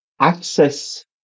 access